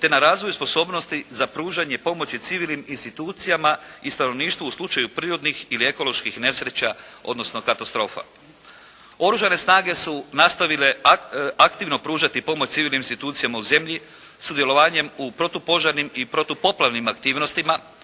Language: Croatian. te na razvoj sposobnosti za pružanje pomoći civilnim institucijama i stanovništvu u slučaju prirodnih ili ekoloških nesreća odnosno katastrofa. Oružane snage su nastavile aktivno pružati pomoć civilnim institucijama u zemlji sudjelovanjem u protupožarnim i protupoplavnim aktivnostima,